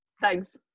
Thanks